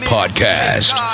Podcast